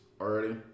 already